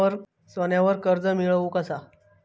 सोन्यावर कर्ज मिळवू कसा?